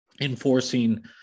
enforcing